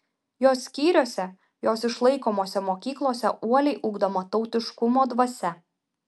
jos skyriuose jos išlaikomose mokyklose uoliai ugdoma tautiškumo dvasia